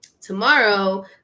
Tomorrow